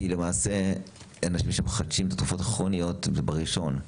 כי למעשה אנשים שמחדשים התרופות הכרוניות זה ב-1,